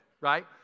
right